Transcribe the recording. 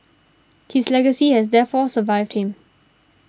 his legacy has therefore survived him